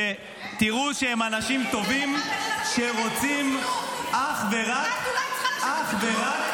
שתראו שהם אנשים טובים שרוצים אך ורק ------ שום כלוב.